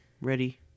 Ready